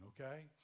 okay